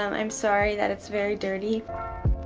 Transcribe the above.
um i'm sorry that it's very dirty.